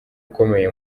ukomeye